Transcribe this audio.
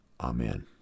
Amen